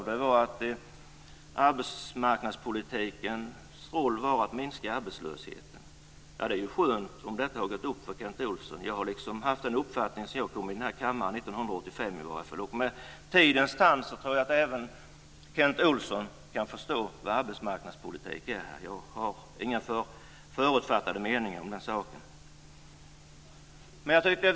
Han sade att arbetsmarknadspolitikens roll var att minska arbetslösheten. Det är skönt om detta har gått upp för Kent Olsson. Jag har haft den uppfattningen sedan jag kom till riksdagen 1985. Med tidens tand tror jag att även Kent Olsson kan förstå vad arbetsmarknadspolitik är. Jag har inga förutfattade meningar om den saken.